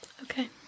Okay